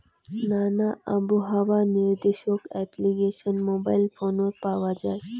নানান আবহাওয়া নির্দেশক অ্যাপ্লিকেশন মোবাইল ফোনত পাওয়া যায়